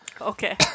Okay